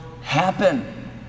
happen